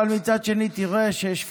אבל מצד שני תראה שיש פרגון,